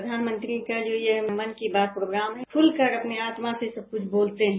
प्रधानमंत्री का ये जो मन की बात प्रोग्राम है खुल कर अपनी आत्मा से सब कुछ बोलते हैं